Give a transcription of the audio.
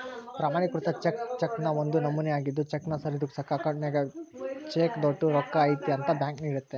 ಪ್ರಮಾಣಿಕೃತ ಚೆಕ್ ಚೆಕ್ನ ಒಂದು ನಮೂನೆ ಆಗಿದ್ದು ಚೆಕ್ನ ಸರಿದೂಗ್ಸಕ ಅಕೌಂಟ್ನಾಗ ಬೇಕಾದೋಟು ರೊಕ್ಕ ಐತೆ ಅಂತ ಬ್ಯಾಂಕ್ ನೋಡ್ತತೆ